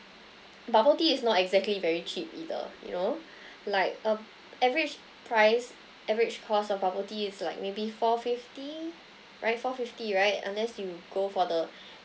bubble tea is not exactly very cheap either you know like a average price average cost of bubble tea is like maybe four fifty right four fifty right unless you go for the